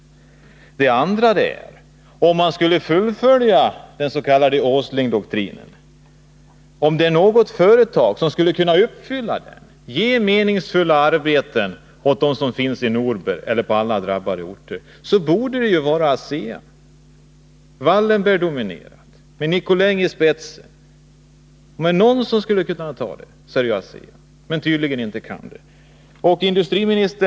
Om det är något företag som skulle kunna följa den s.k. Åslingdoktrinen och ge meningsfulla arbeten åt de drabbade i Norberg eller på andra orter borde det vara det Wallenbergdominerade ASEA med Nicolin i spetsen. Men tydligen kan ASEA inte göra det.